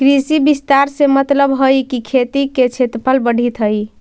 कृषि विस्तार से मतलबहई कि खेती के क्षेत्रफल बढ़ित हई